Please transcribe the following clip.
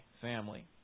family